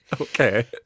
Okay